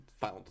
found